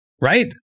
right